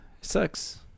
sucks